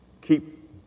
Keep